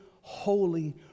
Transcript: holy